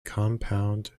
compound